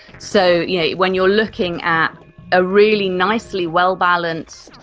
so yeah when you are looking at a really nicely well-balanced,